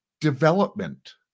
development